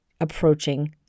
approaching